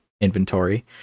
inventory